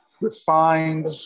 refined